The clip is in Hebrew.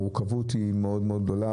המורכבות מאוד מאוד גדולה,